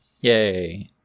Yay